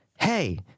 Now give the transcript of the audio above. Hey